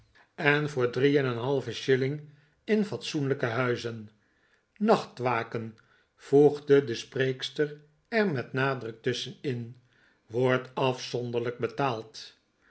en voor drie en een halve shilling in fatsoenlijke huizen nachtwaken voegde de spreekster er met nadruk tusjschen in wordt afzonderlijk betaald